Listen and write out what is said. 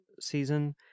season